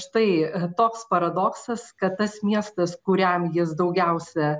štai toks paradoksas kad tas miestas kuriam jis daugiausia